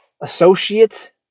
associate